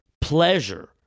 pleasure